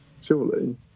surely